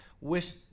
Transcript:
wish